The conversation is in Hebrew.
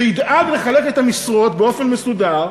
שידאג לחלק את המשרות באופן מסודר,